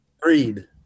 Greed